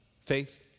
Faith